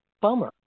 Bummer